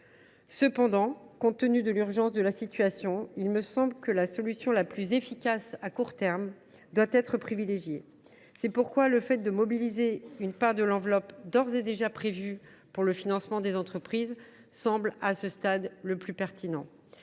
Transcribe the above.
Cependant, compte tenu de l’urgence de la situation, il me semble que la solution la plus efficace à court terme doit être privilégiée. C’est pourquoi la mobilisation d’une partie de l’enveloppe d’ores et déjà prévue pour le financement des entreprises nous paraît être, à ce stade, la mesure la plus pertinente.